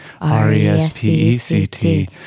R-E-S-P-E-C-T